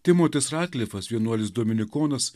timotis radklifas vienuolis dominikonas